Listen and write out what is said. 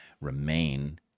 remain